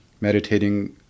meditating